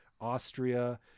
Austria